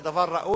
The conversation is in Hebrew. זה דבר ראוי,